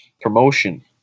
promotion